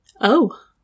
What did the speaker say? Oh